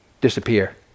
disappear